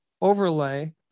overlay